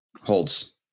Holds